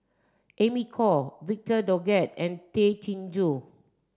Amy Khor Victor Doggett and Tay Chin Joo